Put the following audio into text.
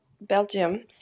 Belgium